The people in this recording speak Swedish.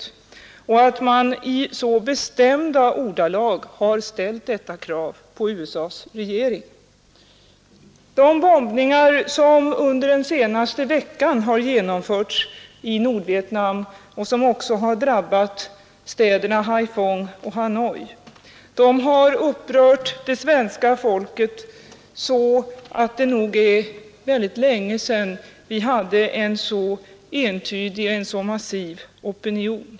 Jag tackar också för att man i så bestämda ordalag har ställt detta krav på USA:s regering. De bombningar som under den senaste veckan har genomförts i Nordvietnam och som också har drabbat städerna Haiphong och Hanoi har upprört det svenska folket till den grad att det nog är mycket länge sedan vi hade en så entydig och massiv opinion.